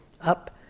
up